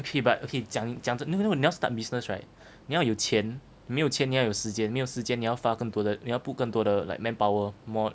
okay but okay 讲讲真的你要 start business right 你要有钱没有钱你要有时间没有时间你要发更多的你要 put 更多的 like manpower more